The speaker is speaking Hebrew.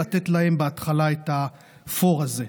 לתת להם בהתחלה את הפור הזה.